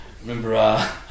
remember